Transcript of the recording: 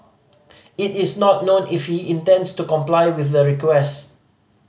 it is not known if he intends to comply with the request